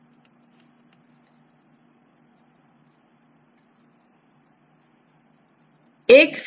तो प्रत्येकG एक स्टैंड में उपस्थित दूसरे स्टैंड केCके साथ या इसके विपरीत एक स्टैंड केCसे दूसरे कंप्लीमेंट्री स्टैंड केG से पेयरिंग होगी